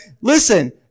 listen